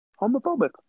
homophobic